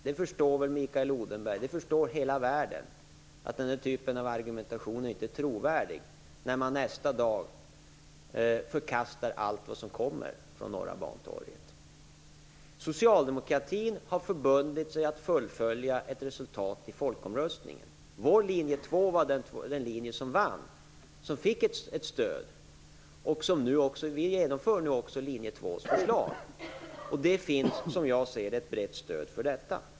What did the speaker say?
Det förstår väl Mikael Odenberg - det förstår hela världen - att den här typen av argumentation inte är trovärdig när han nästa dag förkastar allt som kommer från Norra Bantorget. Socialdemokratin har förbundit sig att fullfölja ett resultat i folkomröstningen. Vår linje 2 var den linje som vann och fick ett stöd. Vi genomför nu också linje 2-förslaget, och det finns, som jag ser det, ett brett stöd för detta.